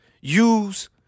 use